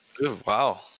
Wow